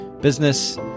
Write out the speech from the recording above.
business